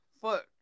foot